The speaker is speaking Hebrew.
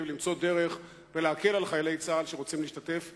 למצוא דרך ולהקל על חיילי צה"ל שרוצים להשתתף במירוץ.